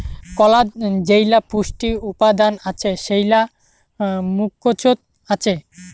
কলাত যেইলা পুষ্টি উপাদান আছে সেইলা মুকোচত আছে